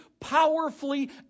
powerfully